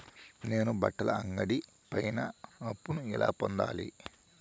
నేను బట్టల అంగడి పైన అప్పును ఎలా పొందాలి?